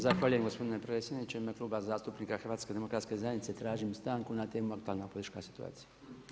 Zahvaljujem gospodine predsjedniče u ime Kluba zastupnika HDZ-a tražim stanku na temu aktualna politička situacija.